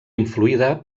influïda